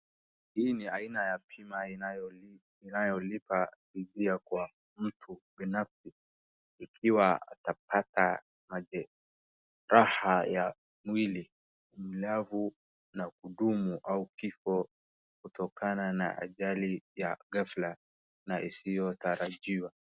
Hii ni aina ya bima inayolipa kupitia kwa mtu binafsi ikiwa atapata majeraha ya mwili mlavu na kudumu au kifo kutokana na ajali ya ghafla na isiyotarajiwa.